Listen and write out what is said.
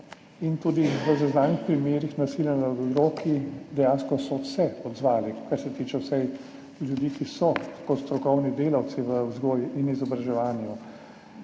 in tudi v zaznanih primerih nasilja nad otroki so se dejansko odzvali, vsaj kar se tiče ljudi, ki so kot strokovni delavci v vzgoji in izobraževanju.